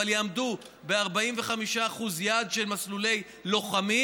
אבל יעמדו ב-45% יעד של מסלולי לוחמים,